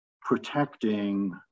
protecting